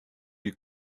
you